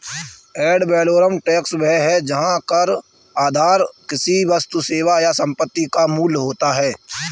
add valorem tax वह है जहां कर आधार किसी वस्तु, सेवा या संपत्ति का मूल्य होता है